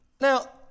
Now